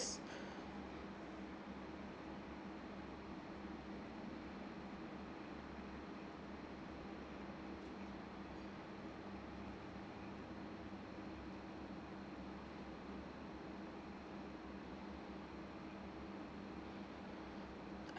I